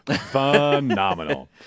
Phenomenal